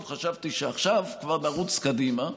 טוב, חשבתי שעכשיו כבר נרוץ קדימה,